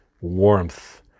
warmth